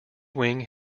wing